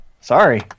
Sorry